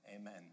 Amen